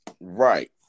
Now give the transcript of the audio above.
Right